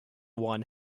one